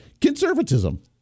Conservatism